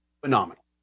phenomenal